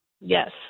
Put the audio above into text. Yes